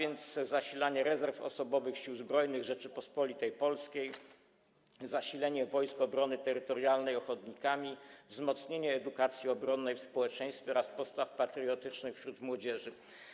Jest to: zasilanie rezerw osobowych Sił Zbrojnych Rzeczypospolitej Polskiej, zasilanie Wojsk Obrony Terytorialnej ochotnikami, wzmocnienie edukacji obronnej w społeczeństwie oraz postaw patriotycznych wśród młodzieży.